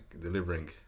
delivering